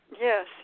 Yes